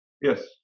yes